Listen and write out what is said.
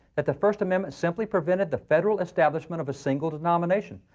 that the first amendment simply prevented the federal establishment of a single denomination,